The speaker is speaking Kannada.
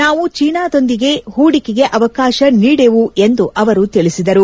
ನಾವು ಚೀನಾವೊಂದಕ್ಕೆ ಹೂಡಿಕೆಗೆ ಅವಕಾಶ ನೀಡೆವು ಎಂದು ಅವರು ತಿಳಿಸಿದರು